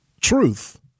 truth